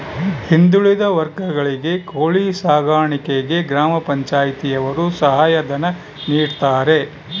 ಹಿಂದುಳಿದ ವರ್ಗಗಳಿಗೆ ಕೋಳಿ ಸಾಕಾಣಿಕೆಗೆ ಗ್ರಾಮ ಪಂಚಾಯ್ತಿ ಯವರು ಸಹಾಯ ಧನ ನೀಡ್ತಾರೆ